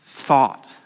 Thought